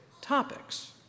topics